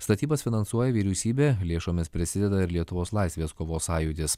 statybas finansuoja vyriausybė lėšomis prisideda ir lietuvos laisvės kovos sąjūdis